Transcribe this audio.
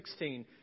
16